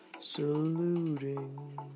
saluting